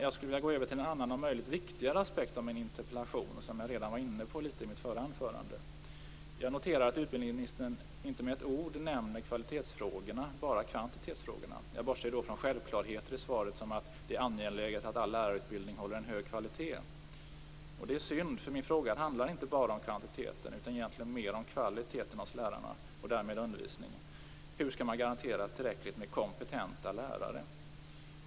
Jag skulle vilja gå över till en annan, och om möjligt viktigare, aspekt av min interpellation som jag var inne litet på i mitt förra anförande. Jag noterar att utbildningsministern inte med ett ord nämner kvalitetsfrågorna, bara kvantitetsfrågorna. Jag bortser då från självklarheter i svaret som att det är angeläget att all lärarutbildning håller en hög kvalitet. Det är synd, för min fråga handlar inte bara om kvantiteten utan egentligen mer om kvaliteten hos lärarna och därmed i undervisningen. Hur skall man garantera tillräckligt med kompetenta lärare?